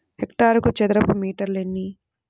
హెక్టారుకు చదరపు మీటర్లు ఎన్ని?